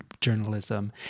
journalism